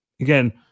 again